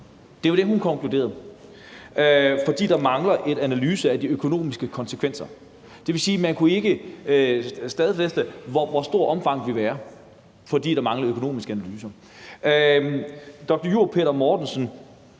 det var det, hun konkluderede – fordi der mangler en analyse af de økonomiske konsekvenser. Det vil sige, at man ikke kunne stadfæste, hvor stort omfanget ville være, fordi der manglede økonomisk analyse. Dr. jur. Peter Mortensen